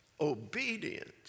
obedience